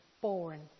born